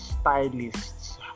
stylists